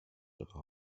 ihre